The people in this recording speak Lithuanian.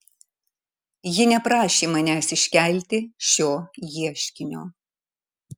ji neprašė manęs iškelti šio ieškinio